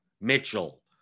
Mitchell